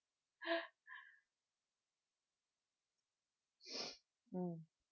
mm